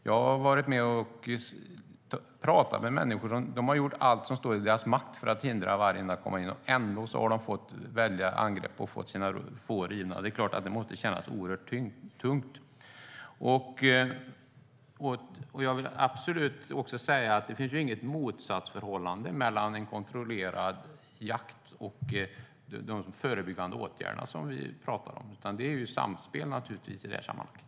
Jag har pratat med människor som gjort allt i sin makt för att hindra vargen att komma in, och ändå har de råkat ut för väldiga angrepp och fått sina får rivna. Det är klart att det måste kännas tungt. Jag vill också säga att det inte finns något motsatsförhållande mellan en kontrollerad jakt och de förebyggande åtgärder vi talar om. Det är naturligtvis i stället ett samspel i det här sammanhanget.